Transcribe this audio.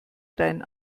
deinen